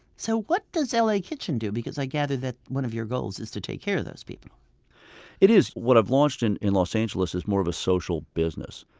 so what does l a. kitchen do? i gather that one of your goals is to take care of those people it is. what i've launched in in los angeles is more of a social business.